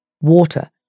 Water